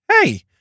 Hey